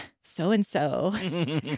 so-and-so